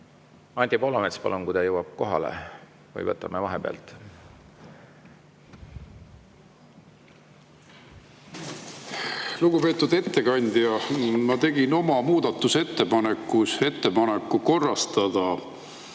Anti Poolamets, palun, kui ta jõuab kohale! Või võtame vahepealt? Lugupeetud ettekandja! Ma tegin oma muudatusettepanekus ettepaneku korrastada